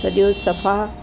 सॼो सफ़ा